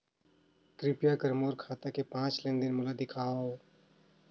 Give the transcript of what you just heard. कृपया कर मोर खाता के पांच लेन देन मोला दिखावव